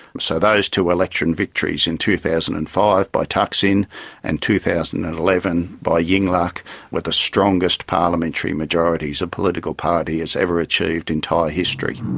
so those two election victories in two thousand and five by thaksin and two thousand and eleven by yingluck were the strongest parliamentary majorities a political party has ever achieved in thai history.